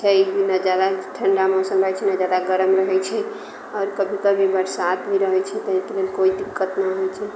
छै ओहिमे ने जादा ठण्डा मौसम रहै छै ने जादा गरम रहै छै आओर कभी कभी बरसात भी रहै छै तऽ ओहिके लेल कोइ दिक्कत नहि होइ छै